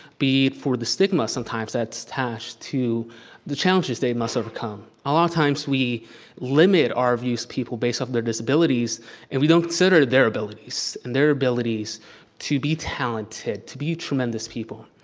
be for the stigma sometimes that's tasked to the challenges they must overcome. a lot of times, we limit our views to people based on their disabilities and we don't consider their abilities and their abilities to be talented, to be tremendous people.